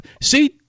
See